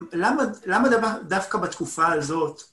למה דווקא בתקופה הזאת...